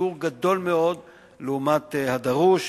בפיגור גדול מאוד לעומת הדרוש,